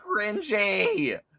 cringy